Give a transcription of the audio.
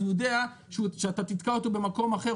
אז הוא יודע שאתה תתקע אותו במקום אחר,